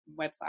website